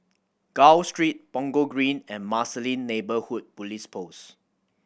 Gul Street Punggol Green and Marsiling Neighbourhood Police Post